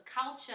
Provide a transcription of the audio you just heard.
culture